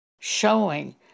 showing